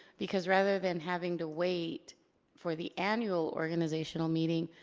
because rather than having to wait for the annual organizational meeting,